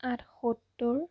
আঠসত্তৰ